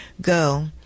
go